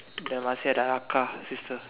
the Marsia the Arka sister